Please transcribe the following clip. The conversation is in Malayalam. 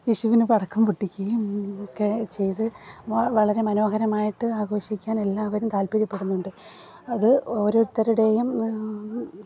വിഷുവിന് പടക്കം പൊട്ടിക്കുകയും ഒക്കെ ചെയ്തു വളരെ മനോഹരമായിട്ട് ആഘോഷിക്കാൻ എല്ലാവരും താല്പര്യപ്പെടുന്നുണ്ട് അത് ഓരോരുത്തരുടെയും